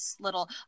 little